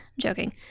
joking